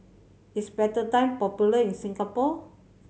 is Betadine popular in Singapore